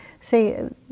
Say